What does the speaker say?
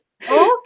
okay